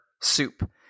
soup